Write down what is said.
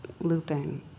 looping